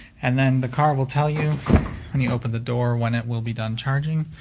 and then the car will tell you when you open the door when it will be done charging.